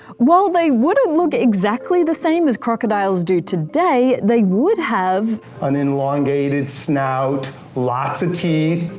while they wouldn't look exactly the same as crocodiles do today, they would have an elongated snout, lots of teeth,